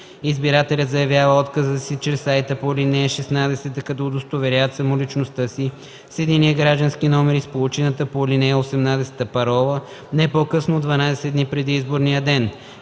Избирателите заявяват отказа си чрез сайта по ал. 16, като удостоверят самоличността си с единния си граждански номер и с получената по ал. 18 парола, не по-късно от 12 дни преди изборния ден.